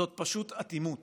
זאת פשוט אטימות